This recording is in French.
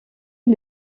est